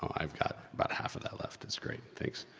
i've got about half of that left, tht's great, thanks.